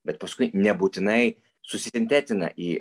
bet paskui nebūtinai susintetina į